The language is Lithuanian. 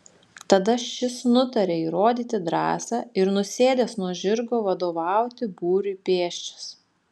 tada šis nutaria įrodyti drąsą ir nusėdęs nuo žirgo vadovauti būriui pėsčias